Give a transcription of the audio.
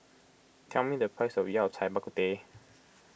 tell me the price of Yao Cai Bak Kut Teh